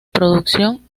producción